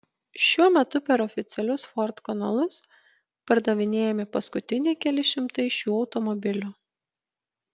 šiuo metu per oficialius ford kanalus pardavinėjami paskutiniai keli šimtai šių automobilių